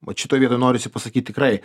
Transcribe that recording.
vat šitoj vietoj norisi pasakyt tikrai